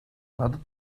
надад